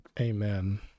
amen